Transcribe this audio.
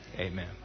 Amen